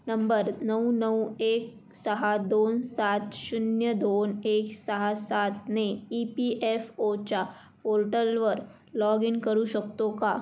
number नऊ नऊ एक सहा दोन सात शून्य दोन एक सहा सातने ई पी एफ ओच्या पोर्टलवर लॉग इन करू शकतो का